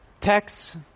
texts